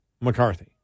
McCarthy